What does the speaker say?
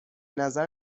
نظر